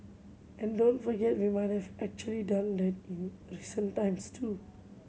and don't forget we might have actually done that in recent times too